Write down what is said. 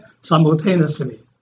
simultaneously